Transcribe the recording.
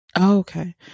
okay